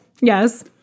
Yes